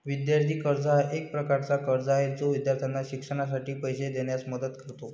विद्यार्थी कर्ज हा एक प्रकारचा कर्ज आहे जो विद्यार्थ्यांना शिक्षणासाठी पैसे देण्यास मदत करतो